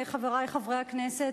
חברי חברי הכנסת,